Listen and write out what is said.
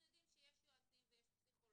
אנחנו יודעים שיש יועצים ויש פסיכולוגים.